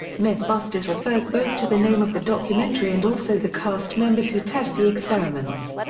mythbusters refers both to the name of the documentary and also the cast members who test the experiments.